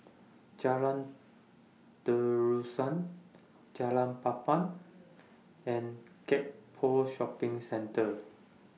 Jalan Terusan Jalan Papan and Gek Poh Shopping Centre